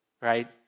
right